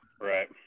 Right